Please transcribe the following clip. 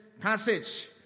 passage